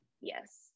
Yes